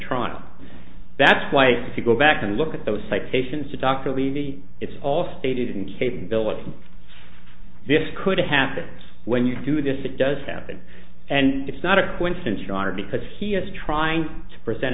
trial that's why to go back and look at those citations to dr levy it's all stated incapability this could happens when you do this it does happen and it's not a coincidence you are because he is trying to present